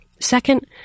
Second